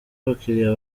abakiriya